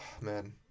man